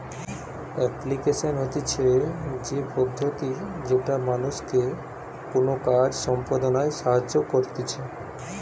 application হতিছে সে পদ্ধতি যেটা মানুষকে কোনো কাজ সম্পদনায় সাহায্য করতিছে